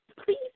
Please